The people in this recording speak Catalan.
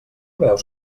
veus